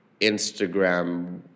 Instagram